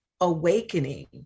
awakening